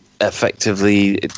effectively